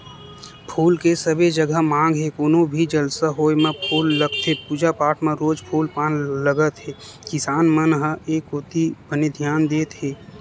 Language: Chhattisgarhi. फूल के सबे जघा मांग हे कोनो भी जलसा होय म फूल लगथे पूजा पाठ म रोज फूल पान लगत हे किसान मन ह ए कोती बने धियान देत हे